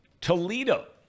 Toledo